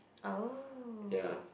oh